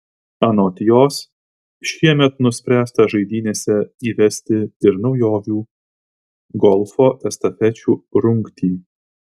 anot jos šiemet nuspręsta žaidynėse įvesti ir naujovių golfo estafečių rungtį